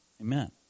Amen